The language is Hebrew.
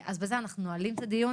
בזה אנחנו נועלים את הדיון.